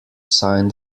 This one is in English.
sign